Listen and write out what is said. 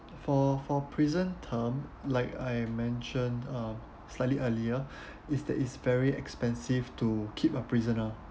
for for prison term like I mentioned uh slightly earlier is that it's very expensive to keep a prisoner